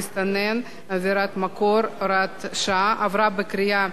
עבירת מקור) (הוראת שעה) עברה בקריאה ראשונה,